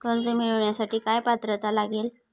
कर्ज मिळवण्यासाठी काय पात्रता लागेल?